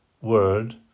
word